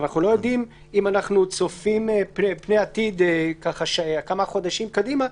אבל אם אנחנו צופים פני עתיד כמה חודשים קדימה,